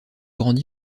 grande